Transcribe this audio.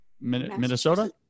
Minnesota